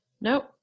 No